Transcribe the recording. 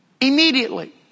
immediately